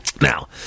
Now